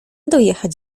dojechać